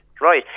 Right